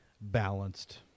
balanced